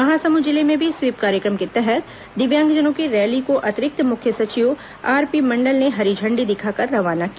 महासमुंद जिले में भी स्वीप कार्यक्रम के तहत दिव्यांगजनों की रैली को अतिरिक्त मुख्य सचिव आरपी मंडल ने हरी झंडी दिखाकर रवाना किया